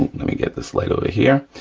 let me get this light over here,